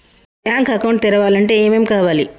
Bank account తెరవాలంటే ఏమేం కావాలి?